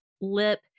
lip